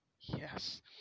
Yes